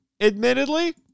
Admittedly